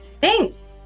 Thanks